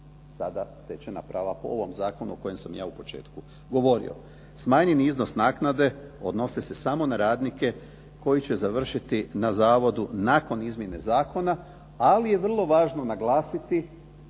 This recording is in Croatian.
sada stečena prava po ovom zakonu o kojem sam ja u početku govorio. Smanjeni iznos naknade odnosi se samo na radnike koji će završiti na zavodu nakon izmjene zakona, ali je vrlo važno naglasiti